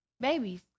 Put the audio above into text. babies